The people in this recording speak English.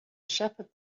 shepherd